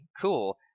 cool